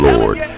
Lord